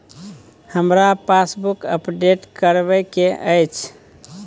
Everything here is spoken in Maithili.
हमरा पासबुक अपडेट करैबे के अएछ?